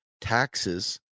taxes